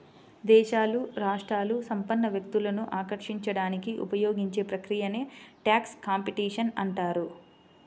దేశాలు, రాష్ట్రాలు సంపన్న వ్యక్తులను ఆకర్షించడానికి ఉపయోగించే ప్రక్రియనే ట్యాక్స్ కాంపిటీషన్ అంటారు